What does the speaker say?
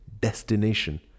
destination